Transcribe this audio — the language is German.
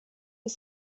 des